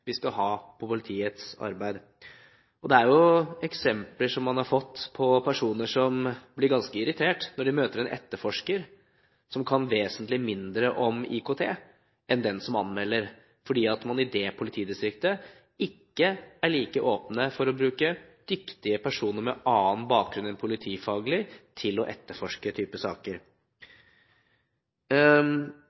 vi skal ha på politiets arbeid. Man har fått eksempler på personer som blir ganske irriterte når de møter en etterforsker som kan vesentlig mindre om IKT enn den som anmelder, fordi man i det politidistriktet ikke er like åpne for å bruke dyktige personer med annen bakgrunn enn den politifaglige til å etterforske den typen saker.